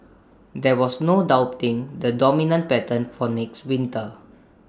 there was no doubting the dominant pattern for next winter